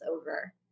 over